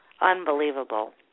unbelievable